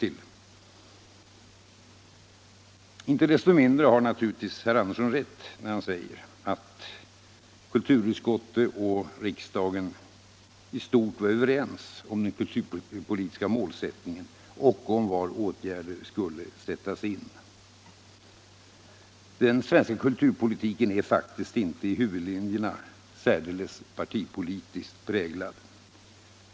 Inte desto mindre har naturligtvis herr Andersson rätt när han säger att kulturutskottet och riksdagen i stort var överens om den målsättningen och om var åtgärder skulle sättas in. Den svenska kulturpolitiken är faktiskt inte särdeles partipolitiskt präglad i huvudlinjerna.